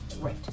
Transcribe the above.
Right